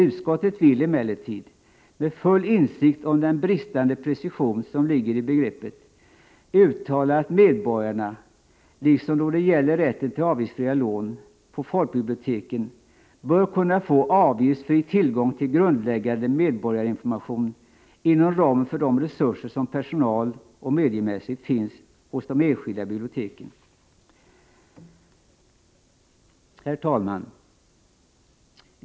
Utskottet vill emellertid — med full insikt om den bristande precision som ligger i begreppet —- uttala att medborgarna, liksom då det gäller rätten till avgiftsfria boklån, på folkbiblioteken bör kunna få avgiftsfri tillgång till grundläggande medborgarinformation inom ramen för de resurser som personaloch mediemässigt finns hos de enskilda biblioteken.” Herr talman!